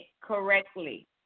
correctly